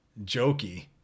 jokey